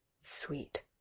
sweet